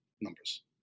numbers